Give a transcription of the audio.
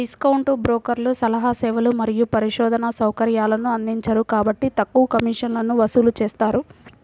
discount బ్రోకర్లు సలహా సేవలు మరియు పరిశోధనా సౌకర్యాలను అందించరు కాబట్టి తక్కువ కమిషన్లను వసూలు చేస్తారు